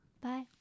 Bye